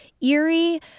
eerie